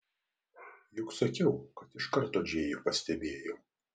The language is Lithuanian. juk sakiau kad iš karto džėjų pastebėjau